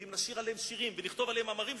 גם אם נשיר עליהם שירים ונכתוב עליהם מאמרים,